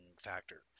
factor